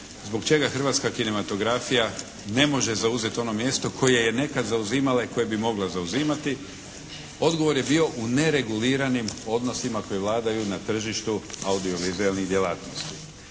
Zbog čega hrvatska kinematografija ne može zauzeti ono mjesto koje je nekad zauzimalo i koje bi moglo zauzimati. Odgovor je bio u nereguliranim odnosima koji vladaju na tržištu audiovizualnih djelatnosti.